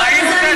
ברגע זה,